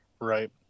Right